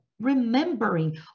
remembering